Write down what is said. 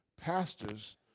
pastors